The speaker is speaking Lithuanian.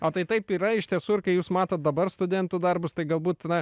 o tai taip yra iš tiesų ir kai jūs matot dabar studentų darbus tai galbūt na